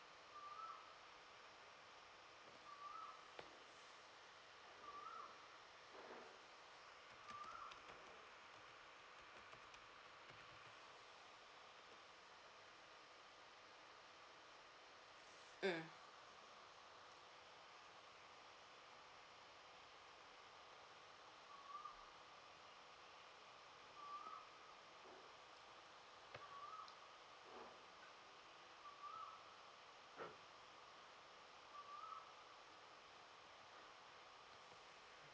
mm